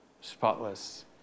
spotless